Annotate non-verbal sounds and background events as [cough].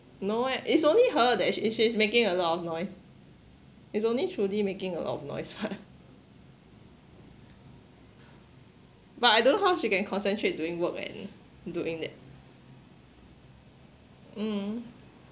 no eh it's only her that she she's making a lot of noise is only trudy making a lot of noise [what] [laughs] but I don't know how she can concentrate doing work and doing that mm